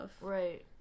Right